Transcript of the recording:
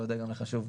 והדיון הוא חשוב.